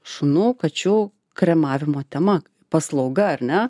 šunų kačių kremavimo tema paslauga ar ne